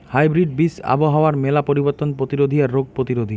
hybrid বীজ আবহাওয়ার মেলা পরিবর্তন প্রতিরোধী আর রোগ প্রতিরোধী